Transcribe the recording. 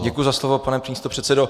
Děkuji za slovo, pane místopředsedo.